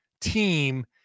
team